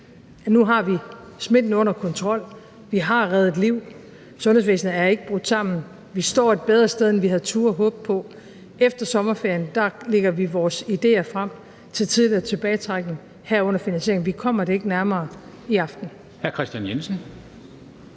nu har vi fået smitten under kontrol, vi har reddet liv, sundhedsvæsenet er ikke brudt sammen; vi står et bedre, end vi havde turdet håbe på. Efter sommerferien lægger vi vores ideer frem til tidligere tilbagetrækning, herunder finansieringen. Vi kommer det ikke nærmere i aften.